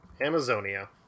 Amazonia